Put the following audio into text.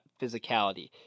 physicality